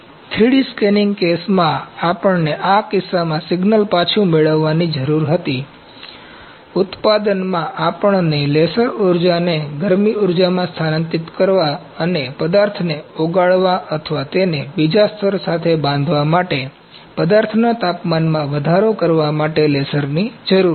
3D scanning કેસમાં આપણને આ કિસ્સામાં સિગ્નલ પાછું મેળવવાની જરૂર હતી ઉત્પાદનમાં આપણને લેસર ઊર્જાને ગરમી ઊર્જામાં સ્થાનાંતરિત કરવા અને પદાર્થને ઓગળવા અથવા તેને બીજા સ્તર સાથે બાંધવા માટે પદાર્થના તાપમાનમાં વધારો કરવા માટે લેસરની જરૂર હતી